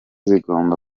zigomba